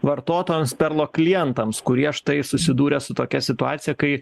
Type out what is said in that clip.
vartotojams perlo klientams kurie štai susidūrę su tokia situacija kai